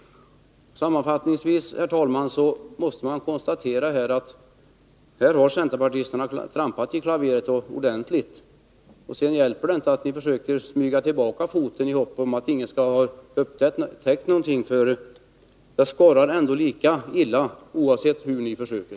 Sammanfattningsvis, herr talman, måste jag konstatera att centerpartisterna här har trampat i klaveret ordentligt. Sedan hjälper det inte att de försöker smyga tillbaka foten i hopp om att ingen skall ha upptäckt någonting. Det skorrar ändå lika illa, oavsett hur ni försöker.